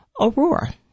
Aurora